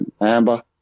Amber